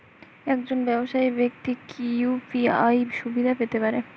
একজন ব্যাবসায়িক ব্যাক্তি কি ইউ.পি.আই সুবিধা পেতে পারে?